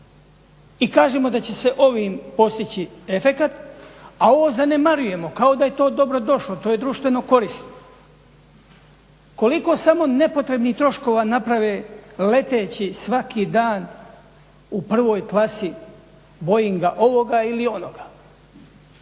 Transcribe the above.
i kažemo da će se ovim postići efekat, a ovo zanemarujemo kao da je to dobro došlo, to je društveno korisno. Koliko samo nepotrebnih troškova naprave leteći svaki dan u prvoj klasi boinga ovoga ili onoga,